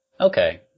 Okay